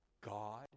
God